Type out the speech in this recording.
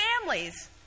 families